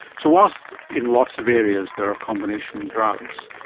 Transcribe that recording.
so whilst in lots of areas there are combination drugs,